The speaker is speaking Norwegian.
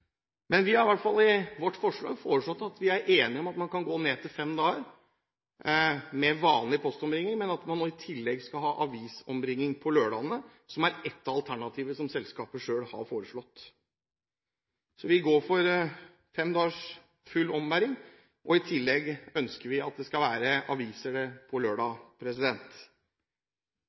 men at man i tillegg skal ha avisombringing på lørdager, som er et av alternativene som selskapet selv har foreslått. Vi går inn for fem dagers full ombæring, og i tillegg ønsker vi at det skal være omdeling av aviser på lørdag.